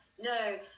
No